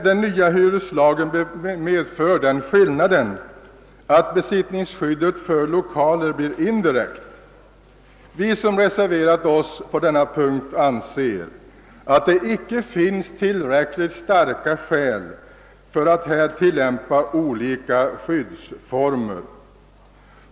Den nya hyreslagen medför den skillnaden att besittningsskyddet för lokaler blir indirekt. Vi som reserverat oss i detta avseende an ser att det icke finns tillräckligt starka skäl för att härvidlag tillämpa olika skyddsformer.